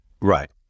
Right